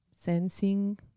sensing